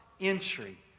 Entry